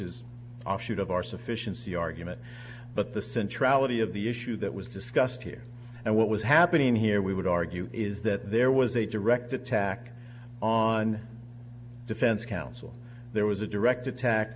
is offshoot of our sufficiency argument but the central idea of the issue that was discussed here and what was happening here we would argue is that there was a direct attack on defense counsel there was a direct attack